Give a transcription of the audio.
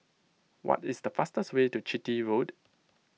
what is the fastest way to Chitty Road